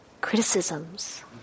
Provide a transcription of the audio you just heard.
criticisms